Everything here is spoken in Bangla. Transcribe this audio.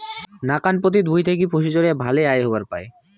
নাকান পতিত ভুঁই থাকি পশুচরেয়া ভালে আয় হবার পায়